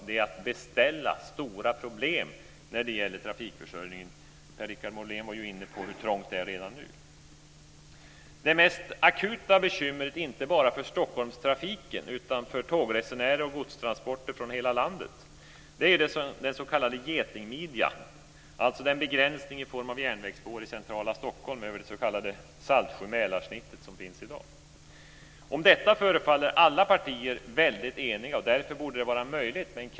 Det är att beställa stora problem när det gäller trafikförsörjningen. Per-Richard Molén var inne på hur trångt det är redan nu. Det mest akuta bekymret inte bara för Stockholmstrafiken utan för tågresenärer och godstransporter från hela landet är den s.k. getingmidjan, alltså den begränsning i form av järnvägsspår i centrala Stockholm över det s.k. Saltsjö-Mälarsnittet som finns i dag.